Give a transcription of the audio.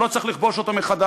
לא צריך לכבוש אותו מחדש,